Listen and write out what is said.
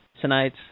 tonight